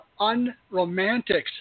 Unromantics